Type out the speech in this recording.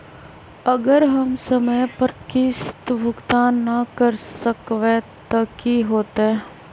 अगर हम समय पर किस्त भुकतान न कर सकवै त की होतै?